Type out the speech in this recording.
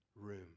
room